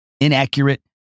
inaccurate